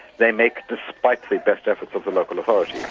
they make despite the best efforts of the local authorities.